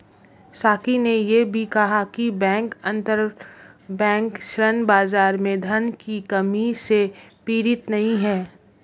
साकी ने यह भी कहा कि बैंक अंतरबैंक ऋण बाजार में धन की कमी से पीड़ित नहीं हैं